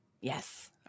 yes